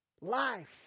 Life